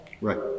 Right